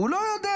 הוא לא יודע.